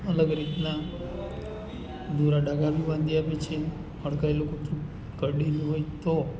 અલગ રીતનાં દોરા ધાગા બી બાંધી આપે છે હડકાયેલું કૂતરું કરડેલું હોય તો